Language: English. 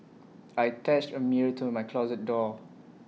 I attached A mirror to my closet door